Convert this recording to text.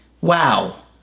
Wow